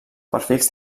perfils